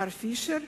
מר פישר,